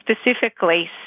specifically